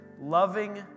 loving